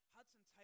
Hudson